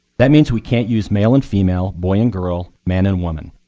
that means we can't use male and female, boy and girl, man and woman.